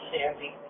Sandy